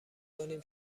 کنیم